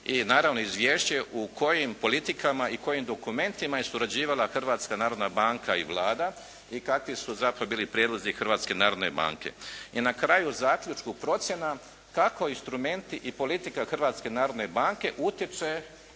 i naravno izvješće u kojim politikama i kojim dokumentima je surađivala Hrvatska narodna banka i Vlada i kakvi su za to bili prijedlozi Hrvatske narodne banke. I na kraju u zaključku procjena kako instrumenti i politika Hrvatske narodne banke utječe